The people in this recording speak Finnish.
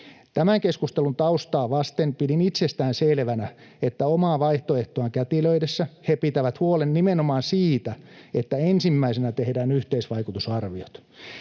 Tämän keskustelun taustaa vasten pidin itsestään selvänä, että omaa vaihtoehtoaan kätilöidessään he pitävät huolen nimenomaan siitä, että ensimmäisenä tehdään yhteisvaikutusarviot.